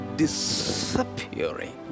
disappearing